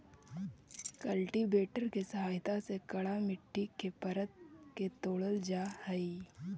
cultivator के सहायता से कड़ा मट्टी के परत के तोड़ल जा हई